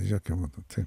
jokiom taip